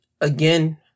again